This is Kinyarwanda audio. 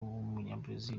w’umunyabrazil